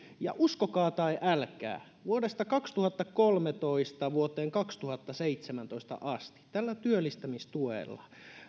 ja uskokaa tai älkää vuodesta kaksituhattakolmetoista vuoteen kaksituhattaseitsemäntoista asti tällä työllistämistuella